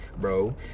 bro